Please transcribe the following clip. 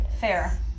Fair